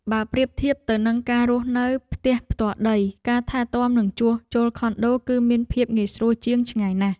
បើប្រៀបធៀបទៅនឹងការរស់នៅផ្ទះផ្ទាល់ដី ការថែទាំនិងជួសជុលខុនដូគឺមានភាពងាយស្រួលជាងឆ្ងាយណាស់។